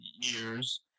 years